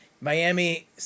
Miami